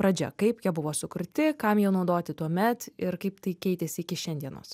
pradžia kaip jie buvo sukurti kam jie naudoti tuomet ir kaip tai keitėsi iki šiandienos